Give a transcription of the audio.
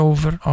Over